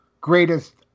greatest